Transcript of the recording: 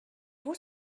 vous